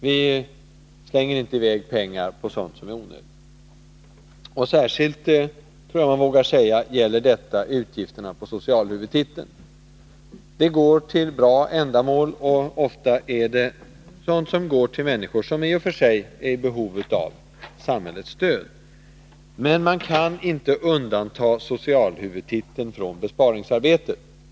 Vi slänger inte i väg pengar på sådant som är onödigt, och särskilt, tror jag man vågar säga, gäller detta utgifterna på socialhuvudtiteln. De går till bra ändamål och ofta till människor som är i behov av samhällets stöd. Men man kan inte undanta socialhuvudtiteln från besparingsarbetet.